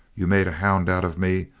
you made a hound out of me,